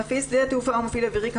הוראות